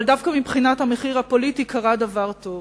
אבל דווקא מבחינת המחיר הפוליטי קרה דבר טוב,